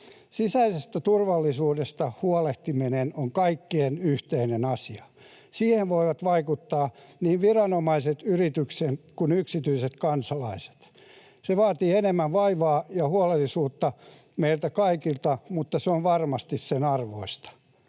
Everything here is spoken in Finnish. Sisäisestä turvallisuudesta huolehtiminen on kaikkien yhteinen asia. Siihen voivat vaikuttaa niin viranomaiset, yritykset kuin yksityiset kansalaiset. Se vaatii enemmän vaivaa ja huolellisuutta meiltä kaikilta, mutta se on varmasti sen arvoista.